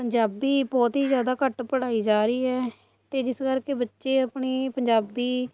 ਪੰਜਾਬੀ ਬਹੁਤ ਹੀ ਜ਼ਿਆਦਾ ਘੱਟ ਪੜ੍ਹਾਈ ਜਾ ਰਹੀ ਹੈ ਅਤੇ ਜਿਸ ਕਰਕੇ ਬੱਚੇ ਆਪਣੀ ਪੰਜਾਬੀ